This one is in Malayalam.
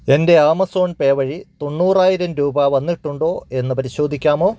എൻ്റെ ആമസോൺ പേ വഴി തൊണ്ണൂറായിരം രൂപ വന്നിട്ടുണ്ടോയെന്ന് പരിശോധിക്കാമോ